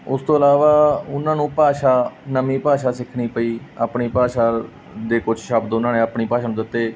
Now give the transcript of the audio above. ਉਸ ਤੋਂ ਇਲਾਵਾ ਉਹਨਾਂ ਨੂੰ ਭਾਸ਼ਾ ਨਵੀਂ ਭਾਸ਼ਾ ਸਿੱਖਣੀ ਪਈ ਆਪਣੀ ਭਾਸ਼ਾ ਦੇ ਕੁਛ ਸ਼ਬਦ ਉਹਨਾਂ ਨੇ ਆਪਣੀ ਭਾਸ਼ਾ ਨੂੰ ਦਿੱਤੇ